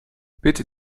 bitte